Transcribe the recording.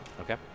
Okay